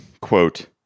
quote